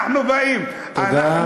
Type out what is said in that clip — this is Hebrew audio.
אנחנו באים, תודה.